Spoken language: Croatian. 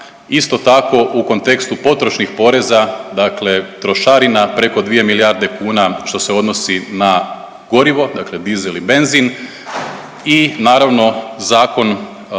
Isto tako u kontekstu potrošnih poreza, dakle trošarina preko 2 milijarde kuna što se odnosi na gorivo, dakle dizel i benzin i naravno Zakon